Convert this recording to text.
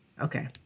okay